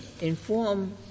inform